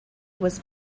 was